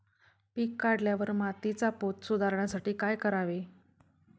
पीक काढल्यावर मातीचा पोत सुधारण्यासाठी काय करावे?